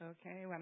okay